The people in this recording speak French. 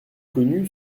connu